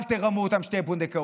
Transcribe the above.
אל תרמו אותם שתהיה פונדקאות,